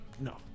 no